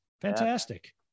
fantastic